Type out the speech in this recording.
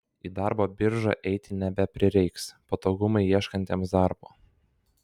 į darbo biržą eiti nebeprireiks patogumai ieškantiems darbo